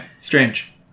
Strange